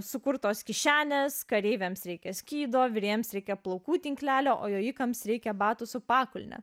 sukurtos kišenės kareiviams reikia skydo virėjams reikia plaukų tinklelio o jojikams reikia batų su pakulne